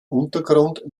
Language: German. untergrund